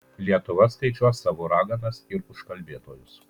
lietuva skaičiuos savo raganas ir užkalbėtojus